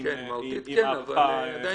עם הארכה.